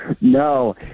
No